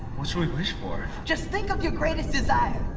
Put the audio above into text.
what should we wish for? just think of your greatest desire.